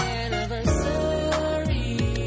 anniversary